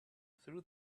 through